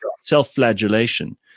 self-flagellation